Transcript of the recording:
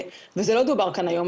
וזה לא דובר כאן היום,